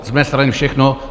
Z mé strany všechno.